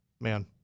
Man